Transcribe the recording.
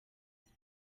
heza